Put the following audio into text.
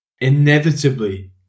inevitably